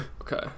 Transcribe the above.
okay